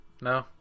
No